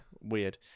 weird